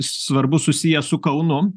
svarbus susijęs su kaunu